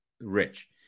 rich